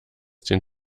den